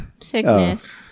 Sickness